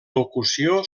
locució